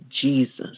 Jesus